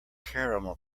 caramel